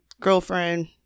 girlfriend